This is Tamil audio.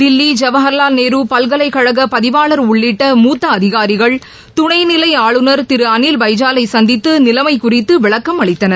தில்லி ஜவஹர்லால் நேரு பல்கலைக்கழக பதிவாளர் உள்ளிட்ட மூத்த அதிகாரிகள் துணைநிலை ஆளுநர் திரு அளில் பைஜாலை சந்தித்து நிலைமை குறித்து விளக்கம் அளித்தனர்